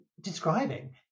describing